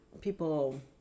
people